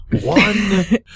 one